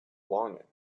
longing